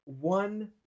One